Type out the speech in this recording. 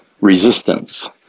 resistance